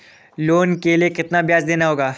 Loan के लिए कितना ब्याज देना होगा?